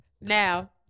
Now